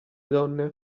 donne